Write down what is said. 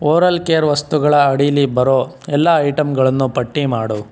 oral care ವಸ್ತುಗಳ ಅಡೀಲಿ ಬರೊ ಎಲ್ಲ ಐಟೆಮ್ಗಳನ್ನು ಪಟ್ಟಿ ಮಾಡು